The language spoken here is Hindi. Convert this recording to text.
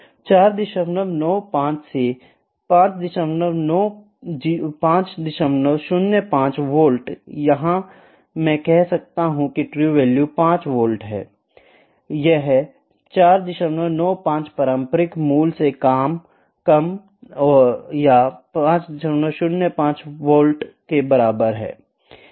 49 5 से 505 वोल्ट यहां मैं कह सकता हूं कि ट्रू वैल्यू 5 वोल्ट है यह 49 5 पारंपरिक मूल्य से कम या 505 वोल्ट के बराबर है